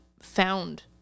found